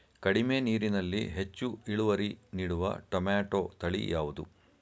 ಕಡಿಮೆ ನೀರಿನಲ್ಲಿ ಹೆಚ್ಚು ಇಳುವರಿ ನೀಡುವ ಟೊಮ್ಯಾಟೋ ತಳಿ ಯಾವುದು?